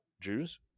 Jews